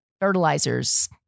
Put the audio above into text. fertilizers